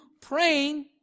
praying